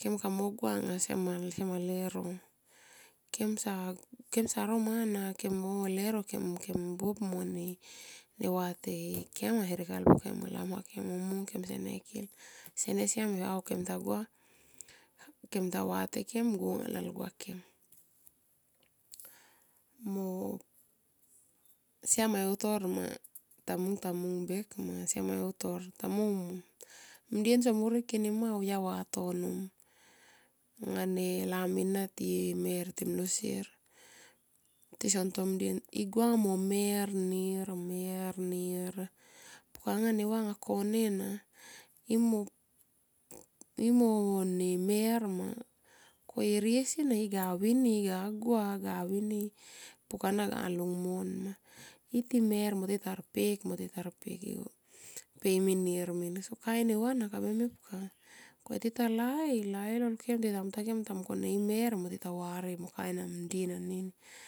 Kem kamo gua anga siam ma lero. Kemsa ro mana kemo va lero kem buop mone neva te ikem me herek alpukem me lamhuakem anga kemsene kil. Kem ta gua kem va te kem go anga lalgua kem mo siama heutor ma tamung tamung bek ma seme utor. mdien so morik enima auya vatono angane lami na timer timlol sier tiso nto mdien i gua mo mer nir mer nir puk anga neva anga kone na. I mo mer ma, ko e nesina iga vini i ga gua gavini pukana ga lungmon ma. I ti mo tita rpek pe i mi nir min. So kain neva ana kabe mepka. Ko tita lai tita lai lol kem tita mungkone imer ma ko tita varie ma mo mdien anini.